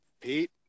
Pete